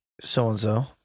so-and-so